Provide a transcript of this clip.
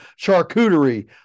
charcuterie